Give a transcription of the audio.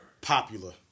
popular